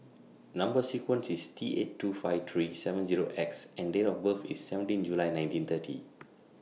Number sequence IS T eight two five three seven Zero six X and Date of birth IS seventeen July nineteen thirty